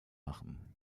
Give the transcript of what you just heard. machen